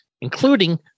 including